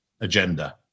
agenda